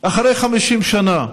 אחרי 50 שנה,